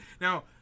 Now